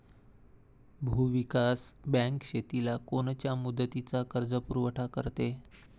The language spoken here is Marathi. भूविकास बँक शेतीला कोनच्या मुदतीचा कर्जपुरवठा करते?